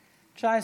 בעד.